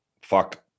fuck